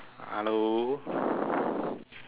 hello